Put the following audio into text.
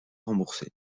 remboursés